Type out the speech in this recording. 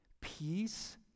Peace